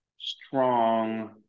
strong